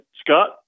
Scott